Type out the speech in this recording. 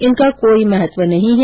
इनका कोई महत्व नहीं हैं